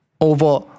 over